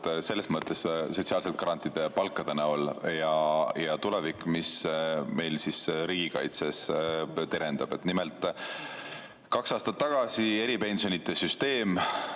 selles mõttes sotsiaalsed, et [garantiid] palkade näol, ja tulevik, mis meie riigikaitses terendab. Nimelt, kaks aastat meil eripensionide süsteem